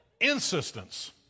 insistence